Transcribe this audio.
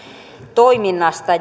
toiminnasta